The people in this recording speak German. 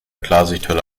klarsichthülle